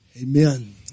Amen